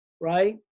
right